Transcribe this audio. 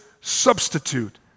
substitute